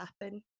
happen